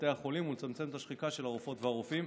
בבתי החולים ולצמצם את השחיקה של הרופאות והרופאים.